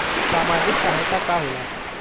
सामाजिक सहायता का होला?